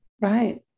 Right